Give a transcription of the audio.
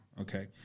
okay